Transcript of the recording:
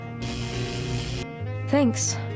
Thanks